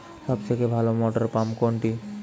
সবথেকে ভালো মটরপাম্প কোনটি?